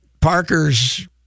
Parker's